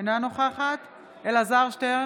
אינה נוכחת אלעזר שטרן,